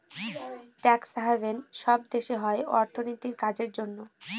tax haven সব দেশে হয় অর্থনীতির কাজের জন্য